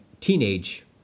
teenage